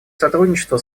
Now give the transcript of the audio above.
сотрудничество